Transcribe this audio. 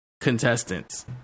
contestants